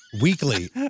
weekly